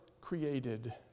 created